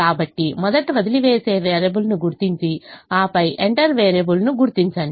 కాబట్టి మొదట వదిలివేసే వేరియబుల్ను గుర్తించి ఆపై ఎంటర్ వేరియబుల్ను గుర్తించండి